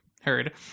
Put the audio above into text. heard